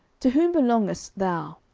to whom belongest thou?